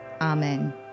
Amen